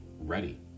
ready